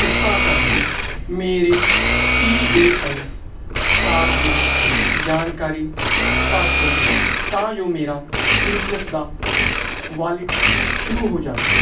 ਕ੍ਰਿਪਾ ਕਰਕੇ ਮੇਰੇ ਪੀ ਏ ਐਨ ਕਾਰਡ ਦੀ ਜਾਣਕਾਰੀ ਭਰ ਦਿਓ ਤਾਂ ਜੋ ਮੇਰਾ ਸੀਟਰਸ ਦਾ ਵਾਲਿਟ ਸ਼ੁਰੂ ਹੋ ਜਾਵੇ